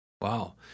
Wow